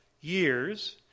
years